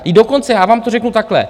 I dokonce já vám to řeknu takhle.